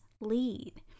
lead